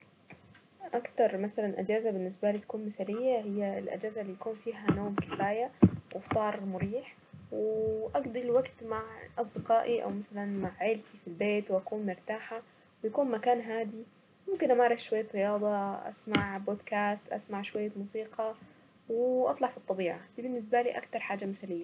اكتر مثلا اجازة بالنسبة لي تكون مثالية هي الاجازة اللي بيكون فيها نوم كفاية وفطار مريح، واقضي الوقت مع اصدقائي، او مثلا مع عيلتي في البيت واكون مرتاحة ويكون مكان هادي ممكن امارس شوية رياضة اسمع بودكاست اسمع شوية موسيقى، واطلع في الطبيعة دي بالنسبة لي اكتر حاجة مثالية.